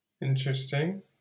Interesting